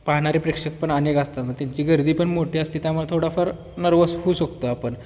पाहणे प्रेक्षक पण अनेक असतात म त्यांची गर्दीपण मोठी असते त्यामुळे थोडाफार नर्व्हस होऊ शकतो आपण